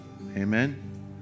Amen